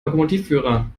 lokomotivführer